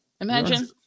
Imagine